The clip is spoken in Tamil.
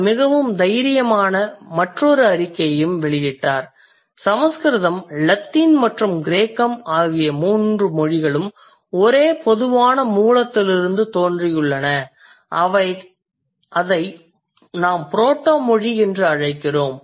அவர் மிகவும் தைரியமான மற்றொரு அறிக்கையையும் வெளியிட்டார் சமஸ்கிருதம் லத்தீன் மற்றும் கிரேக்கம் ஆகிய 3 மொழிகளும் ஒரே பொதுவான மூலத்திலிருந்து தோன்றியுள்ளன அதை நாம் புரோட்டோ மொழி என்று அழைக்கிறோம்